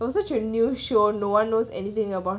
also quite new show so no one knows about